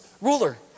ruler